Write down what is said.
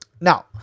Now